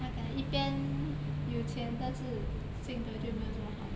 他可能一边有钱但是性格就没有这么好